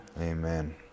Amen